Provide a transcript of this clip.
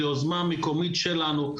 זו יוזמה מקומית שלנו.